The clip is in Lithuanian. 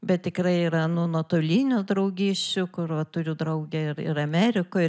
bet tikrai yra nu nuotolinių draugysčių kur va turiu draugę ir ir amerikoj